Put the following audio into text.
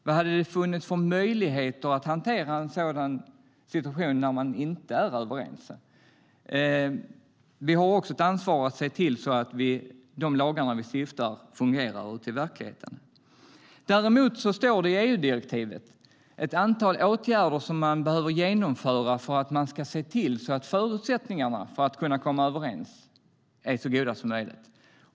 Vad skulle det finnas för möjligheter att hantera en situation där man inte är överens? Vi har också ett ansvar att se till att de lagar vi stiftar fungerar ute i verkligheten. Däremot står det i EU-direktivet ett antal åtgärder som man behöver genomföra för att man ska se till att förutsättningarna för att komma överens är så goda som möjligt.